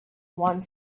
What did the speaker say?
one